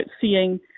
seeing